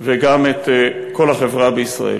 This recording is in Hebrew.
וגם את כל החברה בישראל.